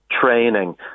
training